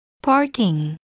Parking